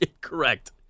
Correct